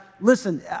listen